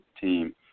team